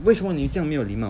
为什么你这样没有礼貌